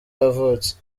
yavutse